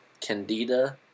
Candida